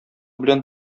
белән